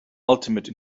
ultimate